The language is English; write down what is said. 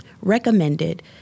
recommended